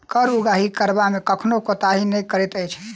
कर उगाही करबा मे कखनो कोताही नै करैत अछि